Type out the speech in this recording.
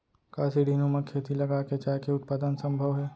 का सीढ़ीनुमा खेती लगा के चाय के उत्पादन सम्भव हे?